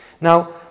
Now